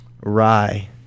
Rye